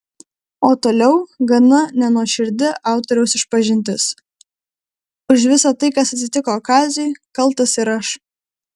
o toliau gana nenuoširdi autoriaus išpažintis už visa tai kas atsitiko kaziui kaltas ir aš